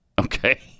Okay